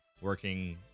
working